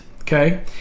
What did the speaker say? okay